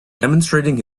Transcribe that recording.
demonstrating